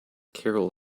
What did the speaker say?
carol